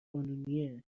قانونیه